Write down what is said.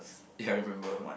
ya I remember